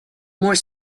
more